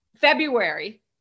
February